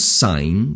sign